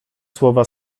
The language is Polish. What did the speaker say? słowa